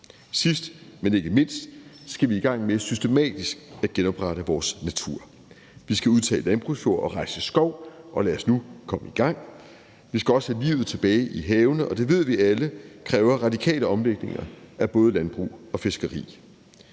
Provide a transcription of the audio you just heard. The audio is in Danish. Sidst, men ikke mindst, skal vi i gang med systematisk at genoprette vores natur. Vi skal udtage landbrugsjord og rejse skov, og lad os nu komme i gang. Vi skal også have livet tilbage i havene, og det ved vi alle kræver radikale omlægninger af både landbrug og fiskeri.